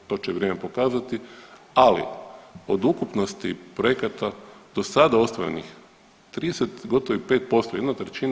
To će vrijeme pokazati, ali od ukupnosti projekata do sada ostvarenih 30, gotovo i 5%, 1/